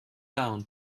down